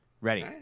Ready